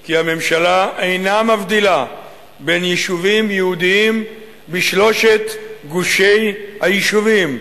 כי הממשלה אינה מבדילה בין יישובים יהודיים בשלושת גושי היישובים: